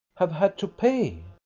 have had to pay?